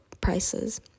prices